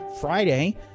Friday